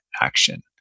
action